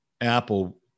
Apple